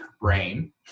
brain